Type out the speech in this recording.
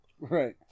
Right